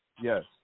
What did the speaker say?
yes